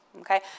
okay